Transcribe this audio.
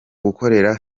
gukorera